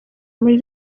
muri